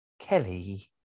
Kelly